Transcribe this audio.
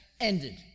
ended